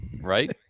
Right